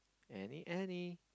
any any